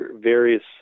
various